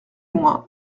loin